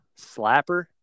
Slapper